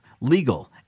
legal